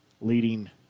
leading